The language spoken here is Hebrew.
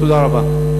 תודה רבה.